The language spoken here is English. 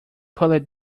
pulled